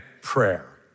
prayer